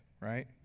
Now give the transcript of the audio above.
right